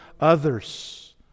others